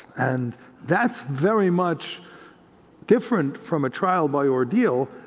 and that's very much different from a trial by ordeal,